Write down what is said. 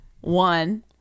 One